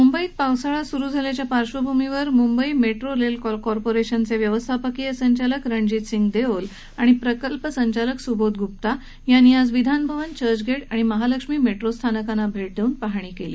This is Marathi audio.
मुंबईत पावसाळा स्रु झाल्याच्या पार्श्वभूमीवर मुंबई मेट्रो रेल कॉर्पोरेशनचे व्यवस्थापकीय संचालक रणजित सिंह देओल आणि प्रकल्प संचालक स्बोध ग्प्ता यांनी आज विधानभवन चर्चगेट आणि महालक्ष्मी मेट्रो स्थानकांना भेट देऊन पाहणी केली